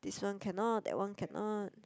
this one cannot that one cannot